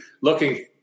looking